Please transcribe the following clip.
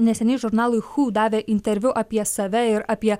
neseniai žurnalui who davė interviu apie save ir apie